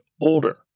older